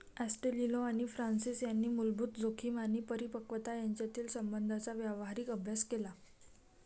ॲस्टेलिनो आणि फ्रान्सिस यांनी मूलभूत जोखीम आणि परिपक्वता यांच्यातील संबंधांचा व्यावहारिक अभ्यास केला